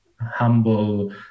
humble